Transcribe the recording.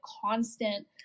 constant